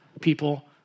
people